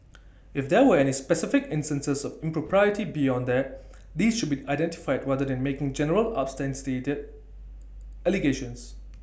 if there were any specific instances of impropriety beyond that these should be identified rather than making general unsubstantiated allegations